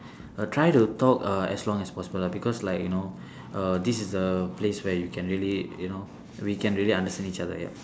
err try to talk err as long as possible because like you know uh this is a place where you can really you know we can really understand each other ya